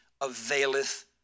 availeth